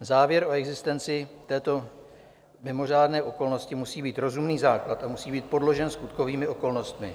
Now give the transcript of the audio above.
Závěr o existenci této mimořádné okolnosti musí mít rozumný základ a musí být podložen skutkovými okolnostmi.